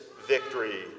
victory